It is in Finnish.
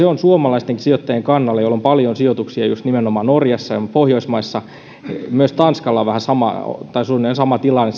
on nyt kohtuuttoman hankala suomalaistenkin sijoittajien kannalta joilla on paljon sijoituksia just nimenomaan norjassa ja muissa pohjoismaissa myös tanskalla on suunnilleen sama tilanne